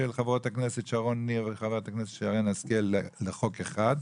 חברות הכנסת שרון ניר ושרן השכל לחוק אחד.